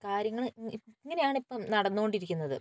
കാര്യങ്ങൾ ഇങ്ങനയാണ് ഇപ്പം നടന്നുകൊണ്ടിരിക്കുന്നത്